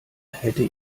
hätte